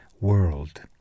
world